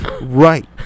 right